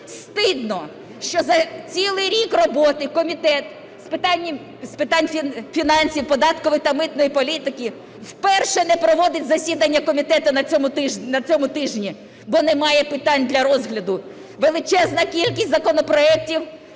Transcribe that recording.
Стидно, що за цілий рік роботи Комітет з питань фінансів, податкової та митної політики вперше не проводить засідання комітету на цьому тижні, бо немає питань для розгляду. Величезна кількість законопроектів,